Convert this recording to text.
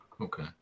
Okay